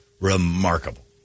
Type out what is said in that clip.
remarkable